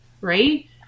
right